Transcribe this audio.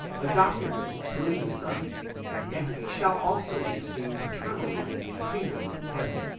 adoptively through the son and he shall also be seen paternally in the kingdom of heaven,